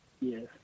Yes